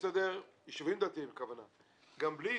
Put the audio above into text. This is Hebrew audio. ישובים דתיים יכולים להסתדר גם בלי